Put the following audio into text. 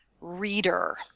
reader